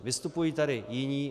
Vystupují tady jiní.